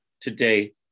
today